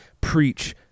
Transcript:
preach